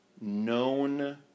known